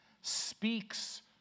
speaks